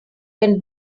can